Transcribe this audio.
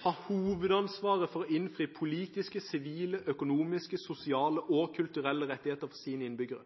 har hovedansvaret for å innfri politiske, sivile, økonomiske, sosiale og kulturelle rettigheter for sine innbyggere.